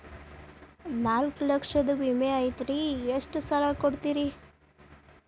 ನಾಲ್ಕು ಲಕ್ಷದ ವಿಮೆ ಐತ್ರಿ ಎಷ್ಟ ಸಾಲ ಕೊಡ್ತೇರಿ?